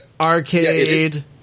arcade